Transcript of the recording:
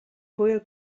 hwyl